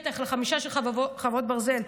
בטח לחמישה של חרבות ברזל,